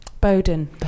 Bowden